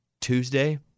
Tuesday